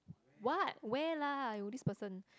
what where lah !aiyo! this person